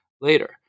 later